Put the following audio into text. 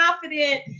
confident